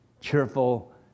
cheerful